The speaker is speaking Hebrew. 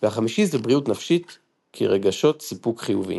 והחמישי זה בריאות נפשית כרגשות סיפוק חיוביים.